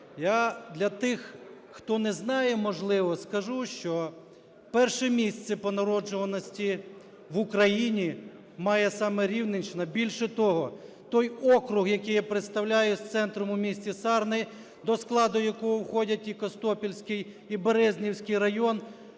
Я для тих, хто не знає, можливо, скажу, що перше місце по народжуваності в Україні має саме Рівненщина. Більше того, той округ, який я представляю з центром у місті Сарни, до складу якого входять і Костопільський, і Березнівський райони,